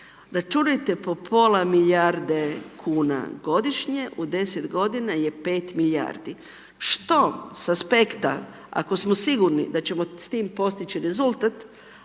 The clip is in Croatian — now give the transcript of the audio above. Računajte po pola milijarde kuna godišnje, u 10 g. je 5 milijardi. Što sa aspekta ako smo sigurni da ćemo s tim postići rezultat,